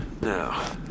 Now